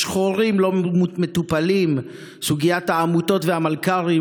יש חורים לא מטופלים: סוגיית העמותות והמלכ"רים,